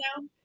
now